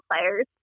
players